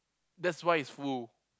that's why it's full